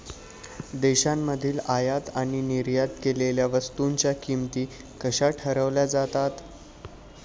देशांमधील आयात आणि निर्यात केलेल्या वस्तूंच्या किमती कशा ठरवल्या जातात?